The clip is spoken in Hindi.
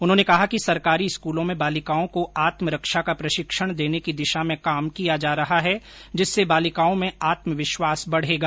उन्होंने कहा कि सरकारी स्कूलों में बालिकाओं को आत्मरक्षा का प्रशिक्षण देने की दिशा में काम किया जा रहा है जिससे बालिकाओं में आत्मविश्वास बढ़ेगा